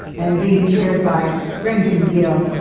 and being chaired by brendan gill,